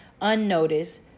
unnoticed